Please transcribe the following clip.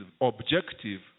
objective